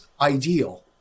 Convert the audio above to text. ideal